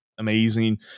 amazing